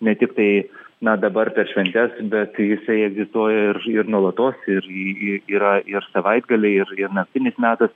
ne tiktai na dabar per šventes bet jisai egzistuoja ir ir nuolatos ir i yra ir savaitgaliai ir naktinis metas